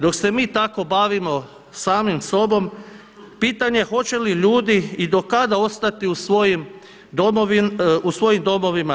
Dok se mi tako bavimo samim sobom pitanje hoće li ljudi i do kada ostati u svojim domovima.